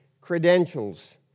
credentials